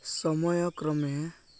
ସମୟକ୍ରମେ